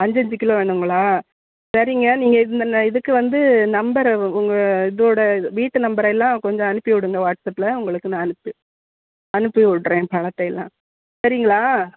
அஞ்சஞ்சு kilo வேணுங்களா சரிங்க நீங்கள் இந்தெந்த இதுக்கு வந்து நம்பரு உங்கள் இதோட வீட்டு நம்பர் எல்லாம் கொஞ்சம் அனுப்பிவிடுங்க வாட்ஸ் அப்பில் உங்களுக்கு நான் அனுப்பி அனுப்பிவிடறேன் பழத்தை எல்லாம் சரிங்களா